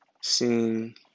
seeing